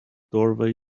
doorway